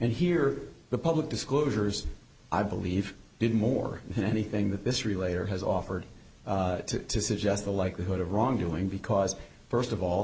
and here the public disclosures i believe did more than anything that this relayer has offered to decision the likelihood of wrongdoing because first of all